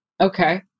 Okay